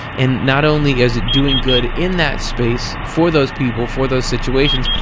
and not only is it doing good in that space for those people, for those situations,